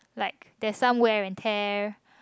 like there's somewhere and tear